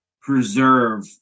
preserve